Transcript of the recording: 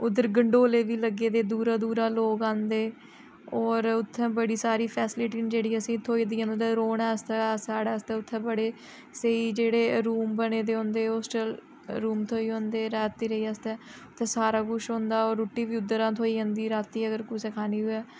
उद्धर गंडोले बी लग्गे दे दूरा दूरा लोक आंदे होर उत्थें बड़ी सारी फैसिलिटी न जेह्ड़ी असेंगी थ्होई न रौह्ने आस्तै साढ़ै आस्तै उत्थे बड़े स्हेई जेह्ड़े रूम बने दे होंदे होस्टल रूम थ्होई जंदे रातीं रेही आस्तै उत्थै सारा कुछ होंदा रूट्टी बी उद्धरां थ्होई जंदी रातीं अगर कुसै खानी होऐ